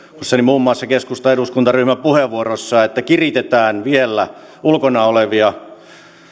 kuullessani muun muassa keskustan eduskuntaryhmän puheenvuorossa että kiritetään vielä ulkona olevia